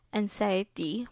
anxiety